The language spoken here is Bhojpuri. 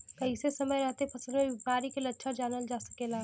कइसे समय रहते फसल में बिमारी के लक्षण जानल जा सकेला?